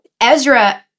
Ezra